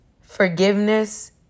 Forgiveness